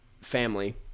family